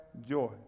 joy